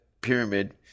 pyramid